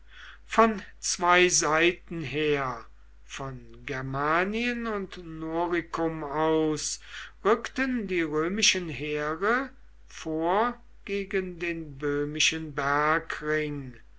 von zwei seiten her von germanien und noricum aus rückten die römischen heere vor gegen den böhmischen